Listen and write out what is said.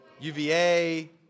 UVA